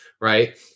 right